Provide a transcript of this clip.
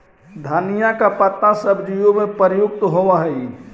धनिया का पत्ता सब्जियों में प्रयुक्त होवअ हई